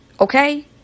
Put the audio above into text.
Okay